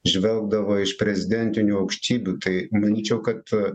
žvelgdavo iš prezidentinių aukštybių tai manyčiau kad